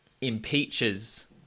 impeaches